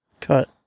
Cut